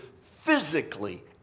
physically